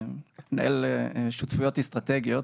אלא מנהל שותפויות אסטרטגיות